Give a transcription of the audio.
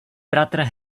bratr